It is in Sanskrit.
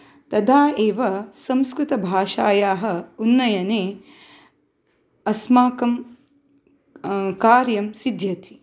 तदा एव संस्कृतभाषायाः उन्नयने अस्माकं कार्यं सिध्यति